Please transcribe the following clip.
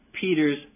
Peter's